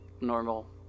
normal